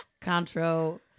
Contro